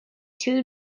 too